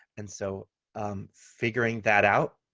and so um figuring that out,